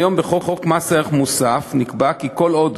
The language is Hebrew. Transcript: כיום בחוק מס ערך מוסף נקבע כי כל עוד